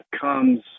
comes